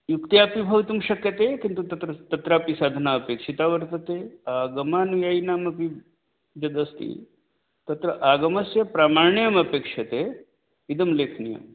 युक्त्यापि भवितुं शक्यते किन्तु तत्र तत्रापि साधना अपेक्षिता वर्तते आगमानुयायिनाम् अपि यद् अस्ति तत्र आगमस्य प्रामाण्यम् अपेक्ष्यते इदं लेखनीयं